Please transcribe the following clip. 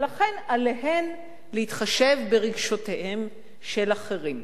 ולכן עליהן להתחשב ברגשותיהם של אחרים.